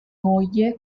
moglie